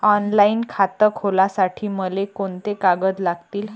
Online खातं खोलासाठी मले कोंते कागद लागतील?